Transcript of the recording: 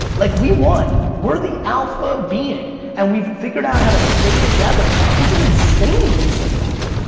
like we won. we're the alpha being and we've figured out how to stay together. this is insane when you think about it.